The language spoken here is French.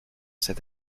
cette